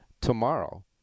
tomorrow